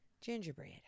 Gingerbread